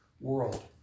world